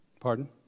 Pardon